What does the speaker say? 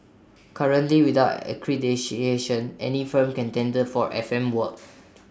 currently without accreditation any firm can tender for F M work